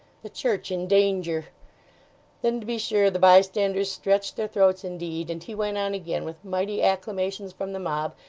the church in danger then to be sure, the bystanders stretched their throats indeed and he went on again with mighty acclamations from the mob,